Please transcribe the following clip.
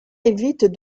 évite